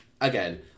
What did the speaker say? again